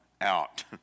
out